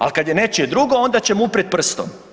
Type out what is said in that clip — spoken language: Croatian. A kad je nečije drugo, onda ćemo uprijeti prstom.